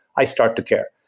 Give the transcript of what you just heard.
i start the care,